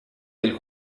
del